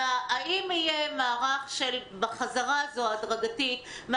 בחזרה הזו ההדרגתית,